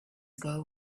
ago